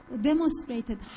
demonstrated